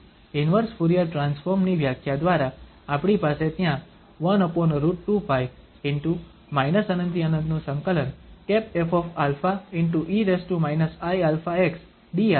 તેથી inverse Fourier transform ની વ્યાખ્યા દ્વારા આપણી પાસે ત્યાં 1√2π✕ ∞∫∞ ƒα e iαxdα છે